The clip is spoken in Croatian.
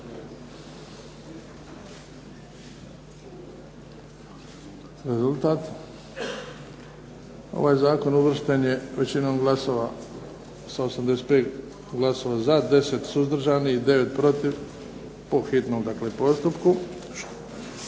Rezultat? Ovaj zakon uvršten je većinom glasova, sa 85 glasova za, 10 suzdržanih i 9 protiv, po hitnom dakle postupku.